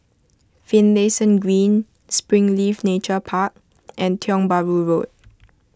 Finlayson Green Springleaf Nature Park and Tiong Bahru Road